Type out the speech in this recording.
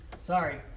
Sorry